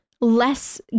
less